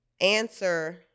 answer